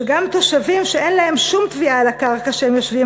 שגם תושבים שאין להם שום תביעה על הקרקע שהם יושבים